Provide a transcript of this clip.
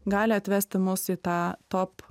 gali atvesti mus į tą top